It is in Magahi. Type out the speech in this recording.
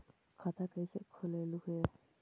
खाता कैसे खोलैलहू हे?